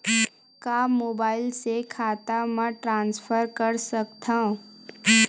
का मोबाइल से खाता म ट्रान्सफर कर सकथव?